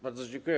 Bardzo dziękuję.